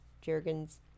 Jergens